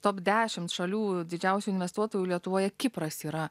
top dešimt šalių didžiausių investuotojų lietuvoje kipras yra